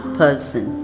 person